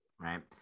Right